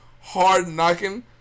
hard-knocking